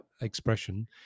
expression